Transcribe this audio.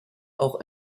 auch